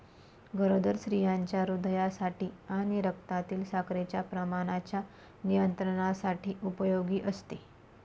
गरोदर स्त्रियांच्या हृदयासाठी आणि रक्तातील साखरेच्या प्रमाणाच्या नियंत्रणासाठी उपयोगी असते